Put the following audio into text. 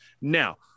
now